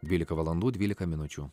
dvylika valandų dvylika minučių